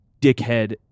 dickhead